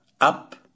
up